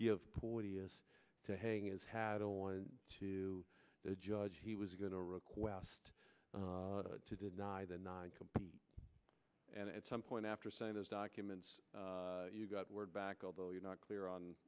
give porteous to hang his hat on to the judge he was going to request to deny the nine complete and at some point after saying those documents you got word back although you're not clear on